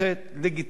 לגיטימית,